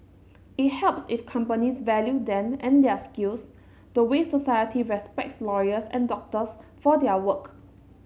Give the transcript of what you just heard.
it helps if companies value them and their skills the way society respects lawyers and doctors for their work